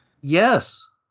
Yes